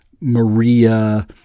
Maria